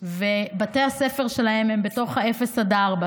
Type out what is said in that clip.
ובתי הספר שלהם הם בתוך 0 4 קילומטרים,